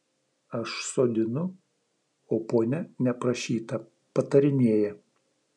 aš sodinu o ponia neprašyta patarinėja